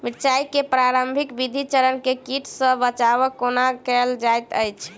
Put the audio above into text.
मिर्चाय केँ प्रारंभिक वृद्धि चरण मे कीट सँ बचाब कोना कैल जाइत अछि?